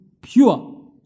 pure